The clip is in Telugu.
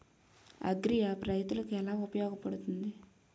అగ్రియాప్ రైతులకి ఏలా ఉపయోగ పడుతుంది?